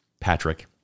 Patrick